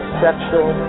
sexual